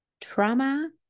trauma